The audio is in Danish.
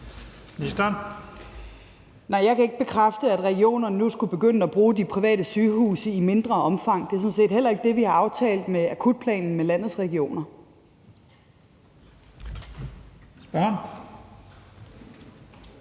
jeg kan ikke bekræfte, at regionerne nu skulle begynde at bruge de private sygehuse i mindre omfang. Det er sådan set heller ikke det, vi har aftalt med landets regioner